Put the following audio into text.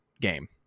game